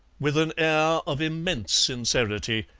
with an air of immense sincerity.